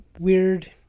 weird